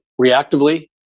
reactively